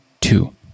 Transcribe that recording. two